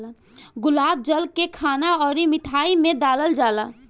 गुलाब जल के खाना अउरी मिठाई में डालल जाला